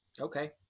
okay